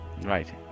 Right